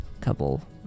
couple